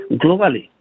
globally